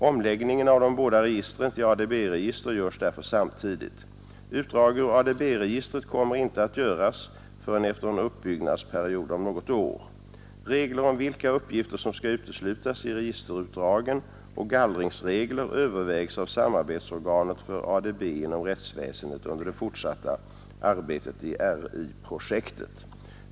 Omläggningen av de båda registren till ADB-register görs därför samtidigt. Utdrag ur ADB-registret kommer inte att göras förrän efter en uppbyggnadsperiod om något år. Regler om vilka uppgifter som skall uteslutas i registerutdragen och gallringsregler övervägs av samarbetsorganet för ADB inom rättsväsendet under det fortsatta arbetet i RI-projektet.